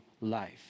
life